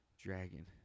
Dragon